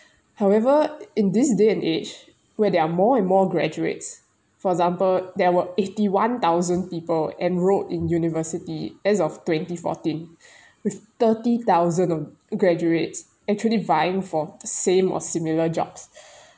however in this day and age where there are more and more graduates for example there were eighty one thousand people enrolled in university as of twenty fourteen with thirty thousand of graduates actually vying for the same or similar jobs